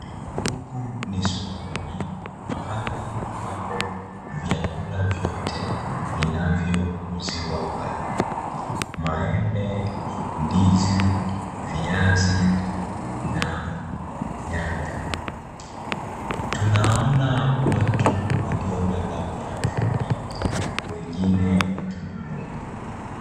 Huku ni sokoni, mahali ambapo vyakula vyote vinavyouziwa pale; maembe, ndizi, viazi na nyanya. Tunaona watu waliobeba miafuli wengine wakinunua.